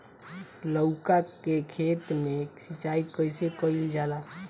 लउका के खेत मे सिचाई कईसे कइल जाला?